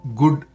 good